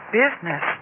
business